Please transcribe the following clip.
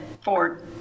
Ford